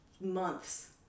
months